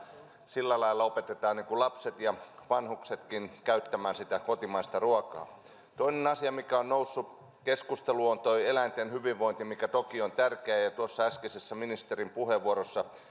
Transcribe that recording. sillä lailla opetetaan lapset ja vanhuksetkin käyttämään sitä kotimaista ruokaa toinen asia mikä on noussut keskusteluun on eläinten hyvinvointi mikä toki on tärkeää ja tuossa äskeisessä ministerin puheenvuorossa